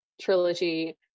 trilogy